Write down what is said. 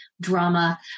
drama